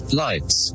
lights